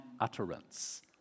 utterance